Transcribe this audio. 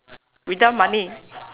without money